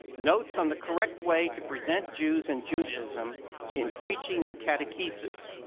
notes on the correct way to present jews and judaism in preaching and catechesis.